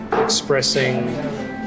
expressing